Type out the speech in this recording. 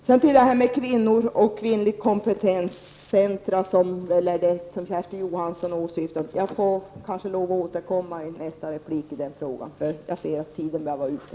Kersti Johansson talade om kvinnor och kompetenscentra. Det får jag återkomma till i nästa replik. Jag ser att tiden nu är ute.